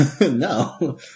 No